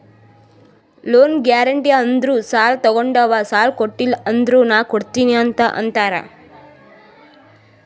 loan guarantee ಅಂದುರ್ ಸಾಲಾ ತೊಗೊಂಡಾವ್ ಸಾಲಾ ಕೊಟಿಲ್ಲ ಅಂದುರ್ ನಾ ಕೊಡ್ತೀನಿ ಅಂತ್ ಅಂತಾರ್